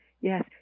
Yes